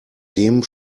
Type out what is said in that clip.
dem